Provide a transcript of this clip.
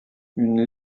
une